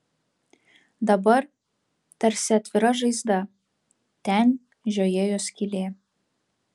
dabar tarsi atvira žaizda ten žiojėjo skylė